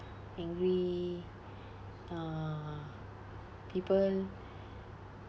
angry uh people